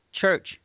church